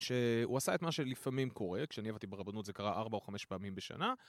שהוא עשה את מה שלפעמים קורה, כשאני עבדתי ברבנות זה קרה ארבע או חמש פעמים בשנה.